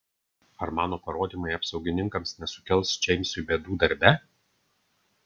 ar mano parodymai apsaugininkams nesukels džeimsui bėdų darbe